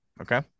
Okay